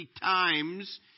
times